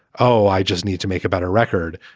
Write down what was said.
oh, i just need to make about a record.